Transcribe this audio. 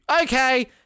Okay